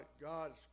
God's